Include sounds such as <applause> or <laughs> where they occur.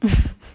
<laughs>